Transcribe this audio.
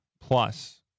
plus